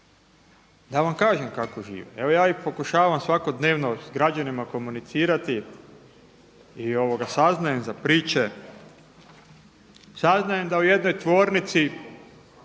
Da vam kažem kako žive, evo ja pokušavam svakodnevno s građanima komunicirati i saznajem za priče. Saznajem da u jednoj tvornici